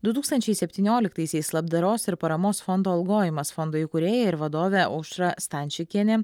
du tūkstančiai septynioliktaisiais labdaros ir paramos fondo algojimas fondo įkūrėja ir vadovė aušra stančikienė